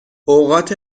اوقات